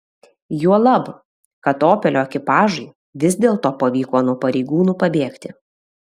juolab kad opelio ekipažui vis dėlto pavyko nuo pareigūnų pabėgti